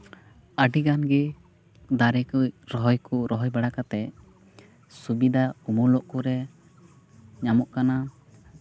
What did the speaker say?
ᱟᱹᱰᱤ ᱜᱟᱱᱜᱮ ᱫᱟᱨᱮ ᱠᱚ ᱨᱚᱦᱚᱭ ᱠᱚ ᱨᱚᱦᱚᱭ ᱵᱟᱲᱟ ᱠᱟᱛᱮᱫ ᱥᱩᱵᱤᱫᱷᱟ ᱩᱢᱩᱞᱚᱜ ᱠᱚᱨᱮᱜ ᱧᱟᱢᱚᱜ ᱠᱟᱱᱟ